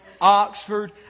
Oxford